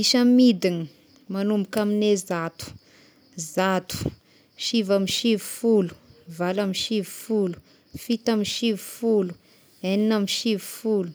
Isa midigna manomboka amine zato: zato, sivy amby sivifolo, valo amby sivifolo, fito amby sivifolo, egnina amby sivy folo,